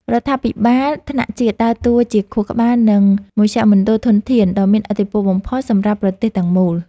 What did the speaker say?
រដ្ឋាភិបាលថ្នាក់ជាតិដើរតួជា ខួរក្បាល និងជាមជ្ឈមណ្ឌលធនធាន ដ៏មានឥទ្ធិពលបំផុតសម្រាប់ប្រទេសទាំងមូល។